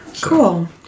Cool